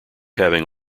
having